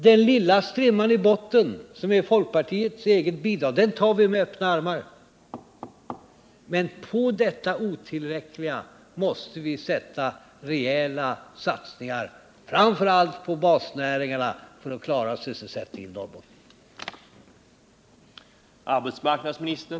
Den lilla strimman i botten, som är folkpartiets eget bidrag, tar vi emot med öppna armar — men till detta otillräckliga måste vi lägga rejäla satsningar, framför allt på basnäringarna, för att klara sysselsättningen i Norrbotten.